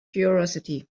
curiosity